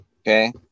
Okay